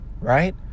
right